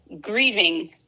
grieving